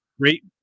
great